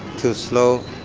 too slow,